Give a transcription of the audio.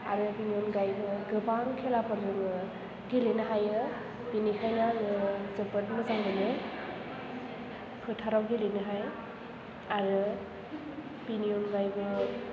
आरो बेनि अनगायैबो गोबाां खेलाफोर जोङो गेलेनो हायो बेनिखायनो आङो जोबोद मोजां मोनो फोथाराव गेलेनोहाय आरो बेनि अनगायैबो